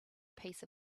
piece